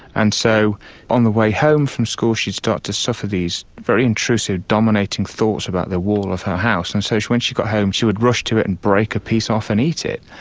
and so on the way home from school she'd start to suffer these very intrusive, dominating thoughts about the wall of her house, and so when she got home she would rush to it and break a piece off and eat it.